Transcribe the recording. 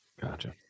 Gotcha